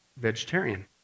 Vegetarian